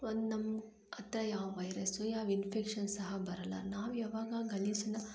ಒಂದು ನಮ್ಗೆ ಹತ್ರ ಯಾವ ವೈರಸ್ಸು ಯಾವ ಇನ್ಫೆಕ್ಷನ್ ಸಹ ಬರಲ್ಲ ನಾವು ಯಾವಾಗ ಗಲೀಜನ್ನ